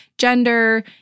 gender